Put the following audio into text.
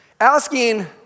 Asking